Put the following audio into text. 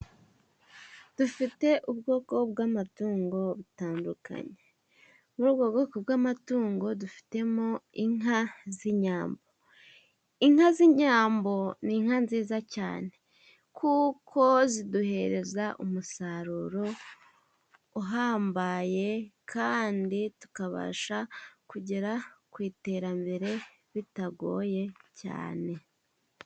Dufite ubwoko bw'amatungo butandukanye, muri ubwo bwoko bw'amatungo dufitemo inka z'inyambo, inka z'inyambo ni inka nziza cyane kuko ziduhereza umusaruro uhambaye, kandi tukabasha kugera ku iterambere bitagoye cyane.